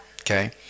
Okay